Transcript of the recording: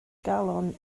galon